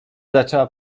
zaczęła